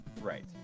Right